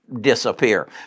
disappear